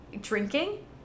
Drinking